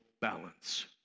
balance